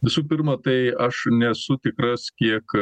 visų pirma tai aš nesu tikras kiek